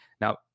Now